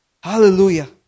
Hallelujah